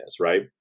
right